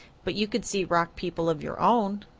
but you could see rock people of your own.